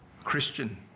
Christian